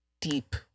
deep